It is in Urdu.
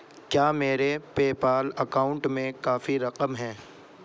کیا میرے پےپال اکاؤنٹ میں کافی رقم ہیں